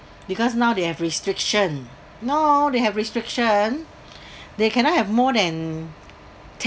because now they have restriction no they have restriction they cannot have more than ten